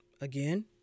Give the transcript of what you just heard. again